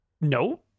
no